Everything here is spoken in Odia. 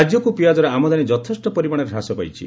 ରାଜ୍ୟକ ପିଆଜର ଆମଦାନୀ ଯଥେଷ୍ ପରିମାଶରେ ହ୍ରାସ ପାଇଛି